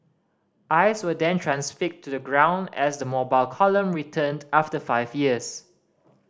eyes were then transfixed to the ground as the Mobile Column returned after five years